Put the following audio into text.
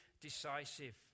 decisive